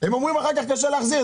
הם אומרים אחר כך, קשה להחזיר.